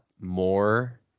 more